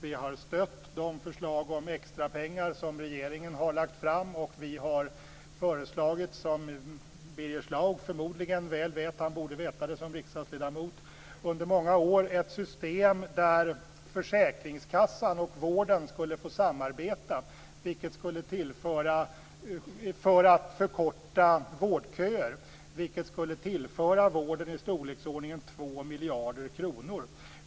Vi har stött de förslag om extra pengar som regeringen har lagt fram. Och vi har under många år föreslagit, vilket Birger Schlaug förmodligen vet - han borde veta det som riksdagsledamot - ett system där försäkringskassan och vården skulle få samarbeta för att förkorta vårdköer, vilket skulle tillföra vården i storleksordningen 2 miljarder kronor.